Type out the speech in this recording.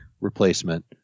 replacement